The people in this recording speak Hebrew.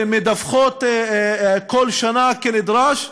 מדווחות כל שנה כנדרש,